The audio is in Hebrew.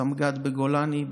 סמג"ד בגולני,